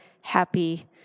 happy